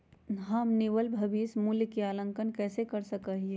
हम निवल भविष्य मूल्य के आंकलन कैसे कर सका ही?